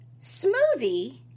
Smoothie